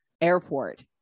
airport